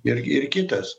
ir ir kitas